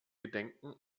gedenken